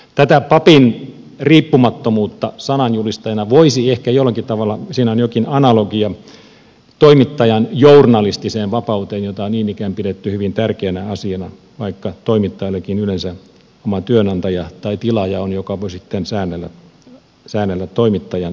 tässä papin riippumattomuudessa sananjulistajana voisi ehkä jollakin tavalla siinä on jokin analogia toimittajan journalistiseen vapauteen jota niin ikään on pidetty hyvin tärkeänä asiana vaikka toimittajallakin yleensä on oma työnantaja tai tilaaja joka voi sitten säännellä toimittajan työsuhteen turvaa